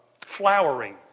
flowering